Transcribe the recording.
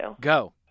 Go